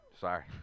Sorry